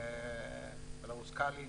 בלארוס-קאלי,